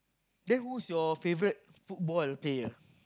then who's your favourite football player